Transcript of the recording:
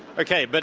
okay. but